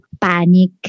panic